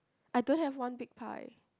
I don't have one big pie